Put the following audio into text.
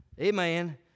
Amen